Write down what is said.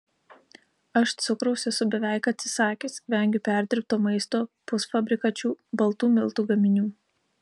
aš cukraus esu beveik atsisakęs vengiu perdirbto maisto pusfabrikačių baltų miltų gaminių